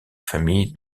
famille